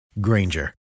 Granger